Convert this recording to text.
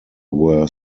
were